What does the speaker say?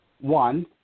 one